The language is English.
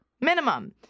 minimum